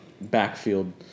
backfield